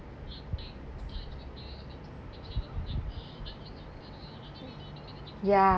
ya